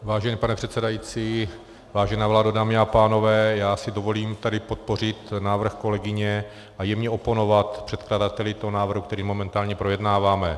Vážený pane předsedající, vážená vládo, dámy a pánové, já si dovolím tady podpořit návrh kolegyně a jemně oponovat předkladateli toho návrhu, který momentálně projednáváme.